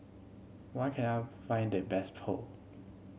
where can I find the best Pho